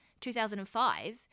2005